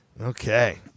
Okay